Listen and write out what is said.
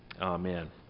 Amen